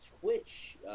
Twitch